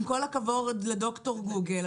עם כל הכבוד לד"ר גוגל,